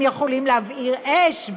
הם יכולים להבעיר אש,